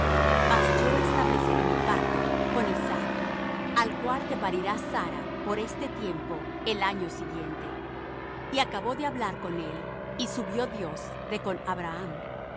mas yo estableceré mi pacto con isaac al cual te parirá sara por este tiempo el año siguiente y acabó de hablar con él y subió dios de con abraham